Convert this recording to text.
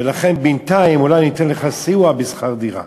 ולכן בינתיים אולי ניתן לך סיוע בשכר דירה.